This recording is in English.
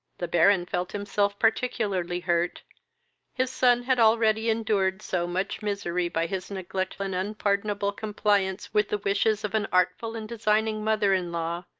the baron felt himself particularly hurt his son had already endured so much misery by his neglect and unpardonable compliance with the wishes of an artful and designing mother-in-law,